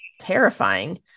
terrifying